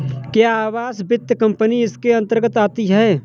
क्या आवास वित्त कंपनी इसके अन्तर्गत आती है?